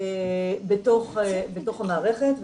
בתוך המערכת.